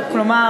כלומר,